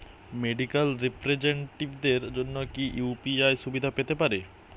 Medical রিপ্রেজন্টেটিভদের জন্য কি ইউ.পি.আই সুবিধা পেতে পারে?